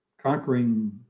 conquering